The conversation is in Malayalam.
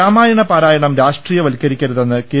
രാമായണ പാരായണം രാഷ്ട്രീയവത്കരിക്കരുതെന്ന് കെ